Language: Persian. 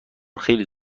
خیلی